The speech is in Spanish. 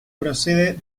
procede